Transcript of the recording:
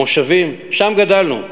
המושבים, שם גדלנו.